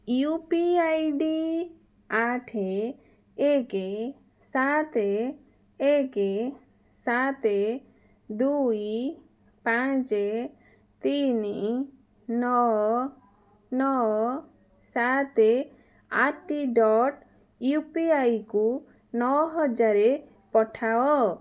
you P I D ଆଠେ ଏକେ ସାତେ ଏକେ ସାତେ ଦୁଇ ପାଞ୍ଚେ ତିନି ନଅ ନଅ ସାତେ ଆଟ୍ ଦି ଡ଼ଟ୍ ୟୁପିଆଇକୁ ନଅ ହାଜର ପଠାଅ